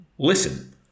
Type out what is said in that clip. Listen